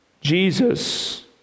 Jesus